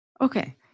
Okay